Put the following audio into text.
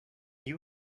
you